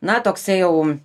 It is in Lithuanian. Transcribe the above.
na toksai jau